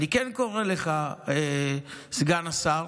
אני כן קורא לך, סגן השר,